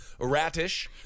ratish